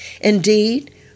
Indeed